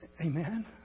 Amen